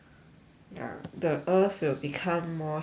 ya the earth will become more healthy